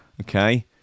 okay